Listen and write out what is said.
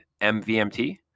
MVMT